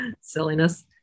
Silliness